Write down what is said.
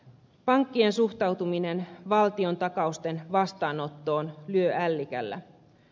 pankkien suhtautuminen valtiontakausten vastaanottoon lyö ällikällä